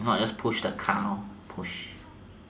no I just push the car push